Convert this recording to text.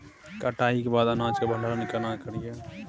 कटाई के बाद अनाज के भंडारण केना करियै?